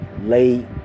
late